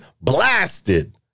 blasted